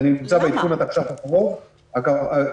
למה?